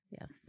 yes